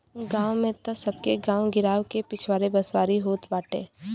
गांव में तअ सबके गांव गिरांव के पिछवारे बसवारी होत बाटे